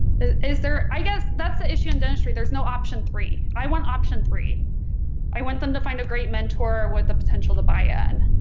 is there i guess that's the issue in dentistry there's no option three i want option three i want them to find a great mentor with the potential to buy in.